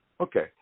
Okay